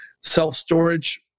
self-storage